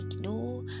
no